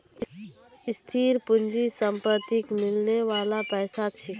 स्थिर पूंजी संपत्तिक मिलने बाला पैसा छिके